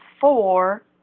four